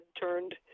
turned